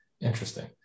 Interesting